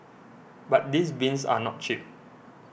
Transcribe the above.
but these bins are not cheap